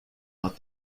out